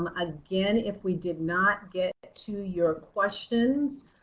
um again if we did not get to your questions